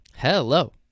Hello